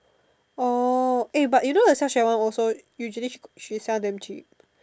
orh eh but you know the sunshine one usually she sell damn cheap